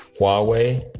Huawei